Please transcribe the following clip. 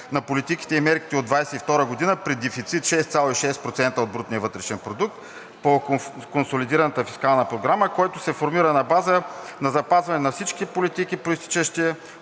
на политиките и мерките от 2022 г. при дефицит 6,6% от брутния вътрешен продукт по консолидираната фискална програма, който се формира на база на запазване на всички политики, произтичащи